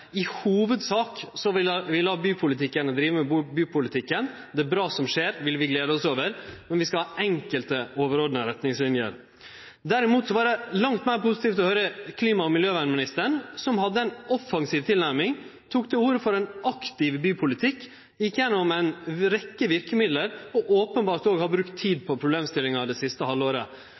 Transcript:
i hovudsak vil la bypolitikarane drive med bypolitikken, og at det som skjer av bra ting, vil ein glede seg over, og at ein skal ha enkelte, overordna retningslinjer. Derimot var det langt meir positivt å høyre klima- og miljøvernministeren, som hadde ei offensiv tilnærming, og som tok til orde for ein aktiv bypolitikk. Ho gjekk gjennom ei rekke verkemiddel og har openbart brukt tid på problemstillinga det siste halvåret.